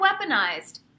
weaponized